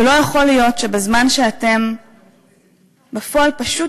ולא יכול להיות שבזמן שאתם בפועל פשוט